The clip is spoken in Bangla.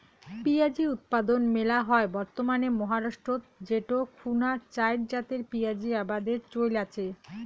পিঁয়াজী উৎপাদন মেলা হয় বর্তমানে মহারাষ্ট্রত যেটো খুনা চাইর জাতের পিয়াঁজী আবাদের চইল আচে